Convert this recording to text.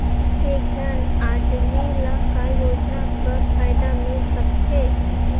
एक झन आदमी ला काय योजना कर फायदा मिल सकथे?